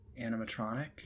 animatronic